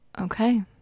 Okay